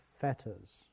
fetters